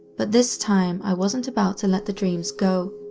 but this time i wasn't about to let the dreams go.